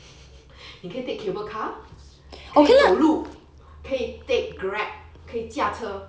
你可以 take cable car 你可以走路可以 take grab 可以驾车